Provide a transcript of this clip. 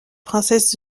princesse